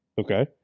Okay